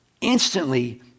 instantly